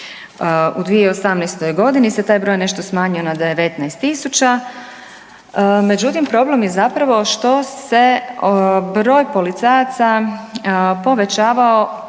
U 2018. godini se taj broj nešto smanjio na 19 tisuća. Međutim, problem je zapravo što se broj policajaca povećavao